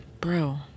Bro